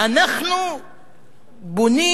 אנחנו בונים,